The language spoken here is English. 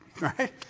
Right